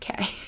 Okay